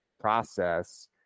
process